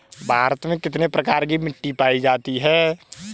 भारत में कितने प्रकार की मिट्टी पाई जाती है?